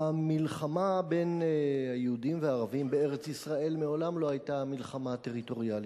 המלחמה בין היהודים לערבים בארץ-ישראל מעולם לא היתה מלחמה טריטוריאלית.